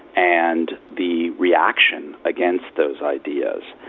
and the reaction against those ideas.